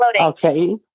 Okay